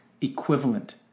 equivalent